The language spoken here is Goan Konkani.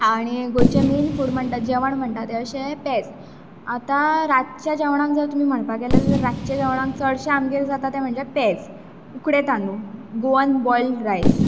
आनी गोंयचें मॅय्न फूड म्हणटा तें जेवण म्हणटा तें अशें पेज आतां रातच्या जेवणाक जर तुमी म्हणपाक गेले जाल्यार रातचे जेवणाक चडशे आमगेर जाता ते म्हणजे पेज उकडे तांदूळ गोवन बोय्लड रायस